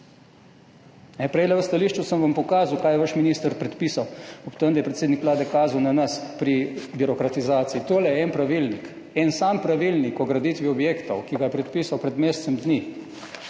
Prej sem vam v stališču pokazal, kaj je vaš minister predpisal, ob tem, da je predsednik Vlade kazal pri birokratizaciji na nas. Tole je en pravilnik, en sam pravilnik o graditvi objektov, ki ga je predpisal pred mesecem dni,